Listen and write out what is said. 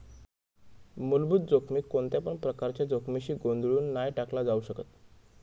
मुलभूत जोखमीक कोणत्यापण प्रकारच्या जोखमीशी गोंधळुन नाय टाकला जाउ शकत